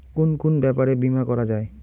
কুন কুন ব্যাপারে বীমা করা যায়?